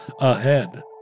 Ahead